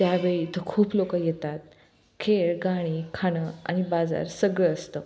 त्यावेळी इथं खूप लोकं येतात खेळ गाणी खाणं आणि बाजार सगळं असतं